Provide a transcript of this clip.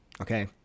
okay